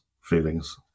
feelings